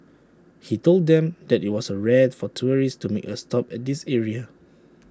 he told them that IT was A rare for tourists to make A stop at this area